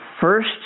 first